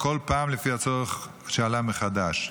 כל פעם לפי הצורך שעלה מחדש.